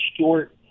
short